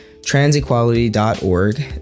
TransEquality.org